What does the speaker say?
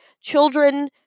children